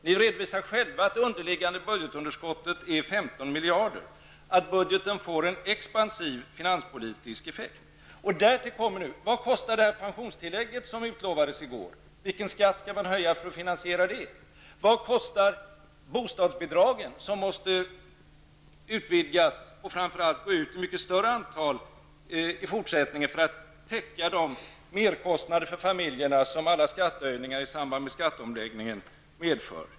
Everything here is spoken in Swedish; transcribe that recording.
Ni redovisar själva att det underliggande budgetunderskottet är 15 miljarder och att budgeten får en expansiv finanspolitisk effekt. Vad kostar bostadsbidragen, som måste höjas och i fortsättningen ges till ett mycket större antal personer för att man skall täcka in de merkostnader för familjerna som alla skattehöjningar i samband med skatteomläggningen medför?